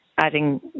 Adding